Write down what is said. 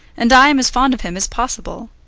and i am as fond of him as possible.